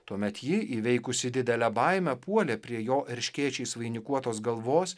tuomet ji įveikusi didelę baimę puolė prie jo erškėčiais vainikuotos galvos